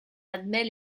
admet